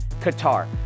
Qatar